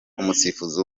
umusifuzi